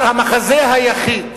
המחזה היחיד